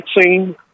scene